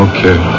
Okay